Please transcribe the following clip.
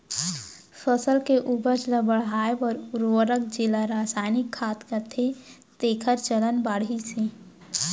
फसल के उपज ल बढ़ाए बर उरवरक जेला रसायनिक खाद कथें तेकर चलन बाढ़िस हे